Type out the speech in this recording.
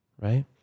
right